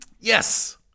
Yes